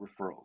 referrals